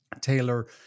Taylor